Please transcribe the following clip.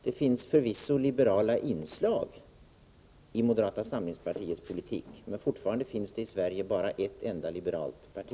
Det finns förvisso liberala inslag i moderata samlingspartiets politik, men fortfarande finns det i Sverige bara ett enda liberalt parti.